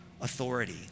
authority